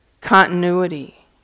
continuity